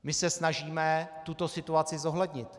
My se snažíme tuto situaci zohlednit.